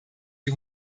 die